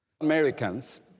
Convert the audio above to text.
Americans